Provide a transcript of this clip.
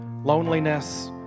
Loneliness